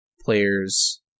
players